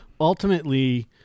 Ultimately